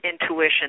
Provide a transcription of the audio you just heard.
intuition